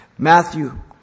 Matthew